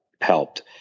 helped